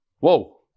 Whoa